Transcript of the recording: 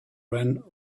ran